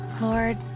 Lord